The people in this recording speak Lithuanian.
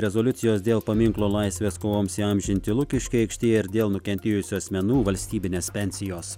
rezoliucijos dėl paminklo laisvės kovoms įamžinti lukiškių aikštėje ir dėl nukentėjusių asmenų valstybinės pensijos